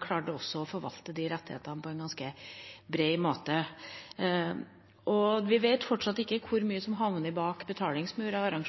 klarte også å forvalte rettighetene på en ganske bred måte. Vi vet fortsatt ikke hvor mye av arrangementene som havner bak betalingsmurer,